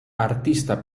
artista